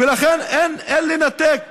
לכן, אין לנתק